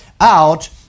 out